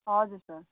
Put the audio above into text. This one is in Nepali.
हजुर सर